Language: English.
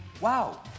wow